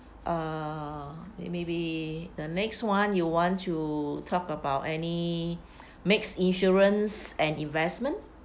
uh maybe the next [one] you want to talk about any mixed insurance and investment